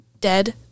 dead